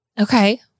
Okay